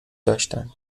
داشتند